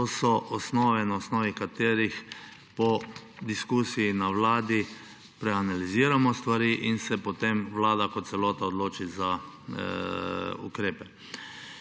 To so osnove, na osnovi katerih po diskusiji na vladi preanaliziramo stvari in se potem vlada kot celota odloči za ukrepe.